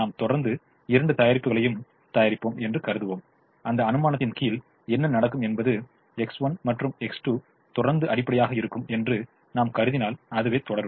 நாம் தொடர்ந்து இரண்டு தயாரிப்புகளையும் தயாரிப்போம் என்று கருதுவோம் அந்த அனுமானத்தின் கீழ் என்ன நடக்கும் என்பது X1 மற்றும் X2 தொடர்ந்து அடிப்படையாக இருக்கும் என்று நாம் கருதினால் அதுவே தொடரும்